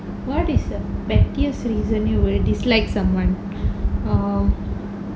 what is the pettiest reason you will dislike someone oh